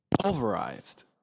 pulverized